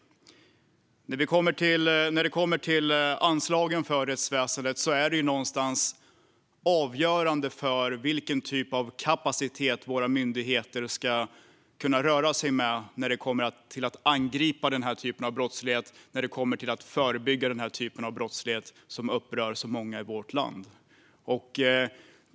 Anslagen till rättsväsendet är avgörande för vilken typ av kapacitet våra myndigheter ska kunna röra sig med när det kommer till att både angripa och förebygga denna typ av brottslighet, som upprör så många i vårt land.